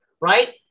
right